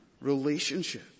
relationship